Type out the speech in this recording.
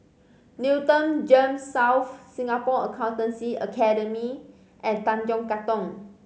Newton GEMS South Singapore Accountancy Academy and Tanjong Katong